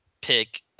pick